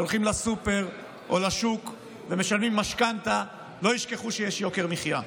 שהולכים לסופר או לשוק ומשלמים משכנתה לא ישכחו שיש יוקר מחיה.